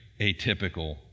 atypical